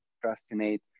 procrastinate